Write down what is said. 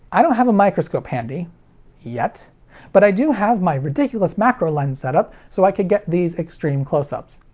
i don't have a microscope handy yet but i do have my ridiculous macro lens setup so i could get these extreme closeups.